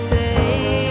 day